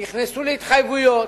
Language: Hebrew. נכנסו להתחייבויות.